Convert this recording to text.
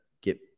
get